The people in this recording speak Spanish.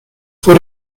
fue